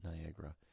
Niagara